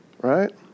Right